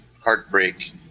heartbreak